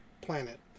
planet